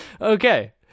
Okay